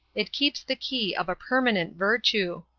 it keeps the key of a permanent virtue.